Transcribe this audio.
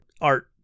art